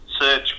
search